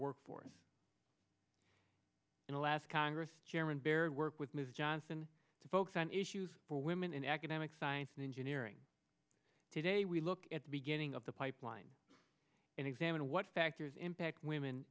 workforce in the last congress chairman baird work with ms johnson to focus on issues for women in academic science and engineering today we look at the beginning of the pipeline and examine what factors impact women